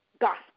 gospel